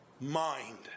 mind